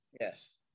Yes